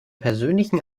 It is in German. persönlichen